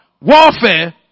warfare